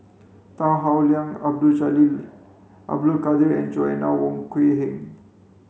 Tan Howe Liang Abdul Jalil Abdul Kadir and Joanna Wong Quee Heng